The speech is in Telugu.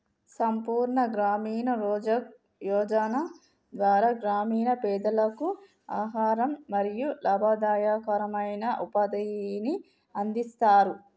సంపూర్ణ గ్రామీణ రోజ్గార్ యోజన ద్వారా గ్రామీణ పేదలకు ఆహారం మరియు లాభదాయకమైన ఉపాధిని అందిస్తరు